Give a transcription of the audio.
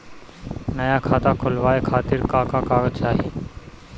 नया खाता खुलवाए खातिर का का कागज चाहीं?